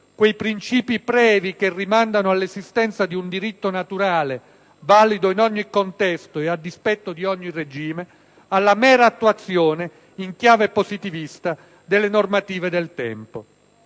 quei princìpi previi che rimandano all'esistenza di un diritto naturale valido in ogni contesto e a dispetto di ogni regime - alla mera attuazione in chiave positivista delle normative del tempo.